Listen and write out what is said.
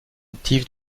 actif